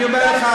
אני אומר לך,